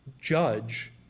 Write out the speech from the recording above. judge